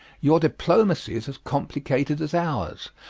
your diplomacy is as complicated as ours,